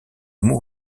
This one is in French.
mots